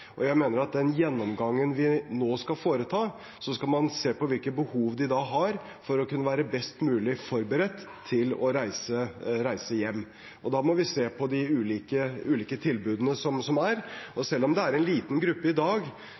Jeg mener at i den gjennomgangen man nå skal foreta, skal man se på hvilke behov de har for å kunne være best mulig forberedt til å reise hjem. Da må vi se på de ulike tilbudene som er. Selv om det er en liten gruppe i dag,